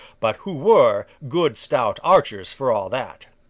but who were good stout archers for all that.